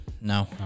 No